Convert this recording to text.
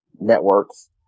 networks